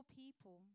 people